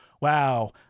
Wow